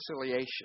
reconciliation